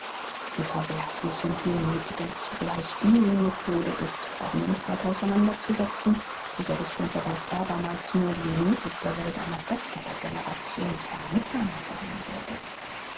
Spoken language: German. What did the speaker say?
wie verwerflich und demüthigend zugleich diese methode ist brauchen wir nicht weiter auseinanderzusetzen diese richtung beweist abermals nur wie nöthig der welt eine bessere generation von müttern sein würde